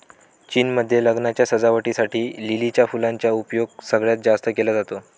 चीन मध्ये लग्नाच्या सजावटी साठी लिलीच्या फुलांचा उपयोग सगळ्यात जास्त केला जातो